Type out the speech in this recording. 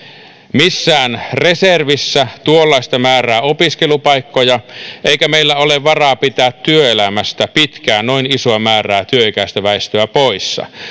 missään reservissä tuollaista määrää opiskelupaikkoja eikä meillä ole varaa pitää poissa työelämästä pitkään noin isoa määrää työikäistä väestöä